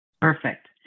perfect